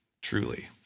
truly